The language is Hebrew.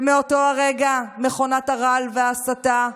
ומאותו הרגע מכונת הרעל וההסתה,